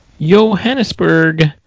Johannesburg